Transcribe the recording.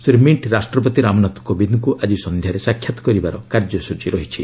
Shri Myint ରାଷ୍ଟ୍ରପତି ରାମନାଥ କୋବିନ୍ଦଙ୍କୁ ଆଜି ସନ୍ଧ୍ୟାରେ ସାକ୍ଷାତ କରିବାର କାର୍ଯ୍ୟସୂଚୀ ରହିଛି